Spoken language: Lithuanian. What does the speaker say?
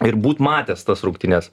ir būt matęs tas rungtynes